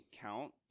count